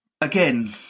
again